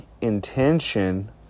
intention